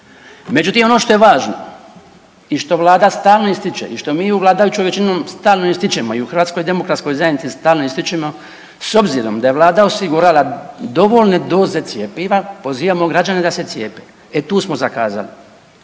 Međutim, ono što je važno i što Vlada stalno ističe i što mi u vladajućoj većini stalno ističemo i u Hrvatskoj demokratskoj zajednici stalno ističemo s obzirom da je Vlada osigurala dovoljne doze cjepiva pozivamo građane da se cijepe. E, tu smo zakazali.